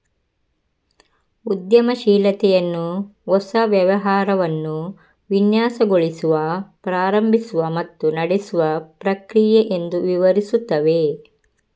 ಉದ್ಯಮಶೀಲತೆಯನ್ನು ಹೊಸ ವ್ಯವಹಾರವನ್ನು ವಿನ್ಯಾಸಗೊಳಿಸುವ, ಪ್ರಾರಂಭಿಸುವ ಮತ್ತು ನಡೆಸುವ ಪ್ರಕ್ರಿಯೆ ಎಂದು ವಿವರಿಸುತ್ತವೆ